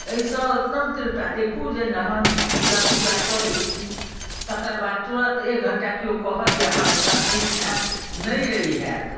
एहिसँ एकदम तृप्त आ देखु जहन पूजा तूजा कए लै छी तकरबाद तुरत एक घण्टा केओ कहैथि जे अहाँ एखन नहि खायब नहि रहि होयत